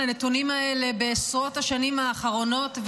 הנתונים האלה בעשרות השנים האחרונות,